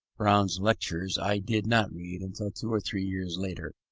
brown's lectures i did not read until two or three years later,